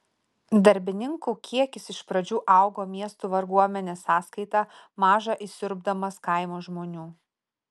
darbininkų kiekis iš pradžių augo miestų varguomenės sąskaita maža įsiurbdamas kaimo žmonių